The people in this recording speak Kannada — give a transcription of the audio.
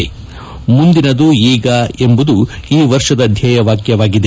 ಮುಂದಿನದು ಈಗ ಎಂಬುದು ಈ ವರ್ಷದ ಧ್ವೇಯವಾಕ್ಷವಾಗಿದೆ